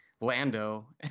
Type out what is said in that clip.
Lando